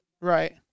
Right